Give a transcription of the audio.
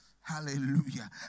Hallelujah